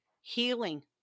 healing